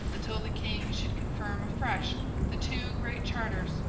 until the king should confirm afresh the two great charters,